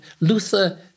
Luther